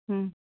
ಹ್ಞೂ